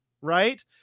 right